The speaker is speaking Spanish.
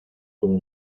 con